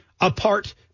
apart